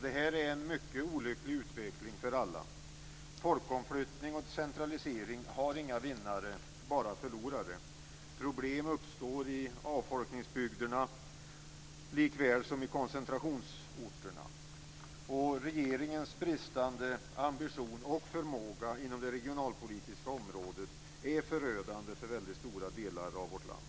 Detta är en mycket olycklig utveckling för alla. Folkomflyttning och centralisering har inga vinnare, bara förlorare. Problem uppstår i avfolkningsbygderna lika väl som på koncentrationsorterna. Regeringens bristande ambition och förmåga inom det regionalpolitiska området är förödande för mycket stora delar av vårt land.